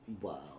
Wow